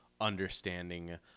understanding